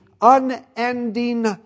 unending